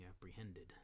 apprehended